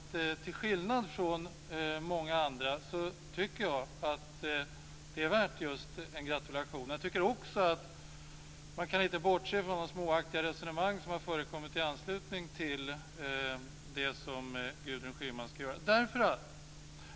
Till skillnad från många andra tycker jag att det är värt just en gratulation - man kan inte bortse från de småaktiga resonemang som har förekommit i anslutning till det som Gudrun Schyman ska göra.